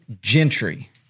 Gentry